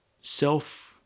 self